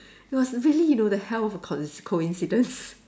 it was really you know the hell of a con~ coincidence